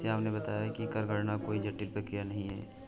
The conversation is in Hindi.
श्याम ने बताया कि कर गणना कोई जटिल प्रक्रिया नहीं है